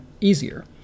easier